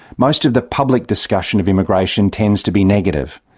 most of the public discussion of immigration tends to be negative.